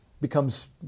becomes